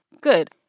good